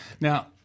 Now—